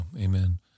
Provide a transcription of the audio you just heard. Amen